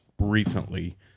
recently